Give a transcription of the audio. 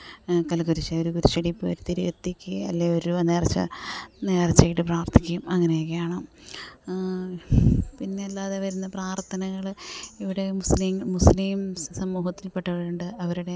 കല് കുരിശായൊരു കുരിശടിയിൽ പോയൊരു തിരി കത്തിക്കുകയേ അല്ലേയൊരു നേർച്ച നേർച്ചയിട്ട് പ്രാർത്ഥിക്കുകയും അങ്ങനെയൊക്കെയാണ് പിന്നല്ലാതെ വരുന്ന പ്രാർത്ഥനകൾ ഇവിടെ മുസ്ലിം മുസ്ലിം സമൂഹത്തിൽപ്പെട്ടവരുണ്ട് അവരുടെ